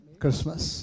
Christmas